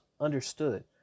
understood